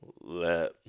let